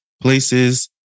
places